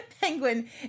Penguin